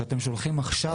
שאליו אתם שולחים עכשיו,